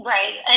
Right